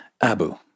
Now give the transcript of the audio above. Abu